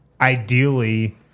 ideally